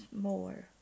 more